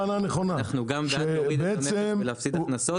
אנחנו גם בעד להוריד את המכס ולהפסיד הכנסות